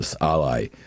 ally